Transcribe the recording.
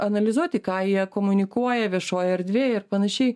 analizuoti ką jie komunikuoja viešojoj erdvėj ir panašiai